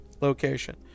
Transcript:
location